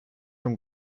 from